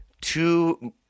two